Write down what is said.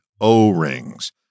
O-rings